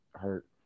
hurt